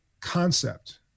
concept